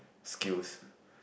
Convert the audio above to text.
skills